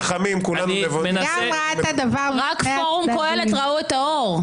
רק פורום קהלת ראו את האור.